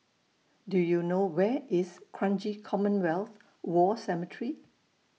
Do YOU know Where IS Kranji Commonwealth War Cemetery